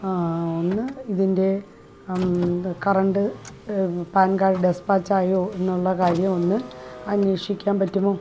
ഒന്ന് ഇതിൻ്റെ current PAN card dispatch ആയോ എന്നുള്ള കാര്യം ഒന്ന് അന്വേഷിക്കാൻ പറ്റുമോ